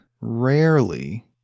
rarely